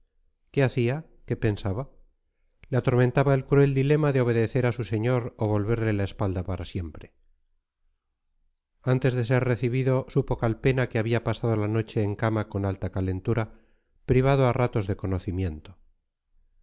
qué hacía qué pensaba le atormentaba el cruel dilema de obedecer a su señor o volverle la espalda para siempre antes de ser recibido supo calpena que había pasado la noche en cama con alta calentura privado a ratos de conocimiento